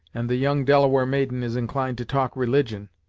and the young delaware maiden is inclined to talk religion.